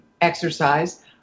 exercise